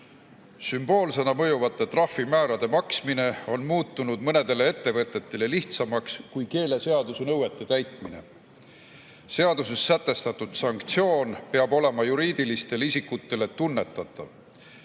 Sümboolsena mõjuvate trahvimäärade maksmine on muutunud mõnedele ettevõtetele lihtsamaks kui keeleseaduse nõuete täitmine. Seaduses sätestatud sanktsioon peab olema juriidilistele isikutele tunnetatav.